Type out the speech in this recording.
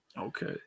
Okay